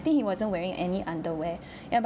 think he wasn't wearing any underwear ya